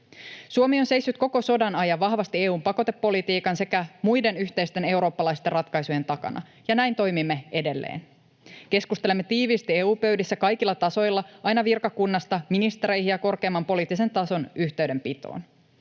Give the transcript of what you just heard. Suomi on seissyt koko sodan ajan vahvasti EU:n pakotepolitiikan sekä muiden yhteisten eurooppalaisten ratkaisujen takana, ja näin toimimme edelleen. Keskustelemme tiiviisti EU-pöydissä kaikilla tasoilla aina virkakunnasta ministereihin ja korkeimman poliittisen tason yhteydenpitoon.